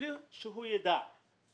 בלי שהוא ידע על כך.